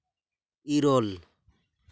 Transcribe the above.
ᱤᱨᱚᱞ